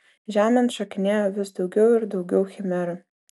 žemėn šokinėjo vis daugiau ir daugiau chimerų